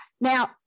Now